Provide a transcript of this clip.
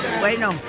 Bueno